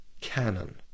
Canon